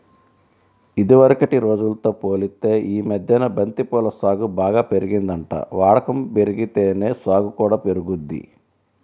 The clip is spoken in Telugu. ఇదివరకటి రోజుల్తో పోలిత్తే యీ మద్దెన బంతి పూల సాగు బాగా పెరిగిందంట, వాడకం బెరిగితేనే సాగు కూడా పెరిగిద్ది